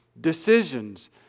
decisions